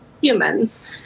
humans